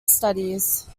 studies